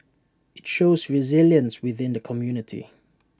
IT shows resilience within the community